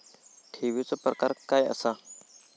ठेवीचो प्रकार काय असा?